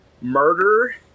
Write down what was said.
murder